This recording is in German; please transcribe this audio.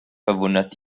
verwundert